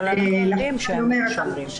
אבל אנחנו יודעים שהם שומרים.